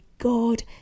God